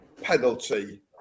penalty